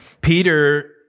Peter